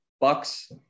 Bucks